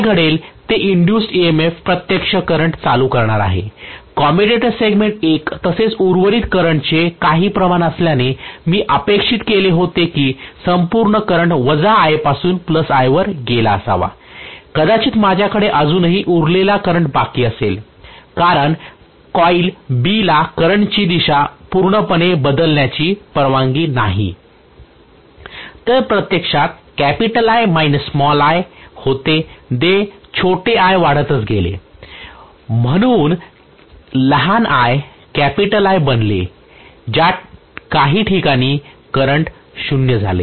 काय घडेल ते एन्ड्युस्ड EMF प्रत्यक्ष करंट चालू करणार आहे कम्युटेटर सेगमेंट 1 तसेच उर्वरित करंटचे काही प्रमाण असल्याने मी अपेक्षित केले होते की संपूर्ण करंट वजा I पासून प्लस I वर गेला असावा कदाचित माझ्याकडे अजूनही उरलेला करंट बाकी असेल कारण कॉईल Bला करंट ची दिशा पूर्णपणे बदलण्याची परवानगी नाही त्यात प्रत्यक्षात I i होते ते छोटे i वाढतच गेले आहे म्हणून लहान i कॅपिटल I बनले ज्या काही ठिकाणी करंट 0 झाले